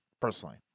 personally